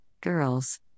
girls